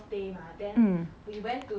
hmm